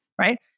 Right